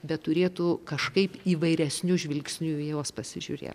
bet turėtų kažkaip įvairesniu žvilgsniu į juos pasižiūrė